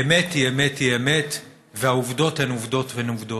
האמת היא אמת היא אמת והעובדות הן העובדות הן העובדות.